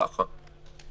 ככה.